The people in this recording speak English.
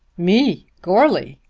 me goarly!